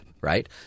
Right